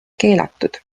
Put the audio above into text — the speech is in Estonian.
keelatud